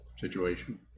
situation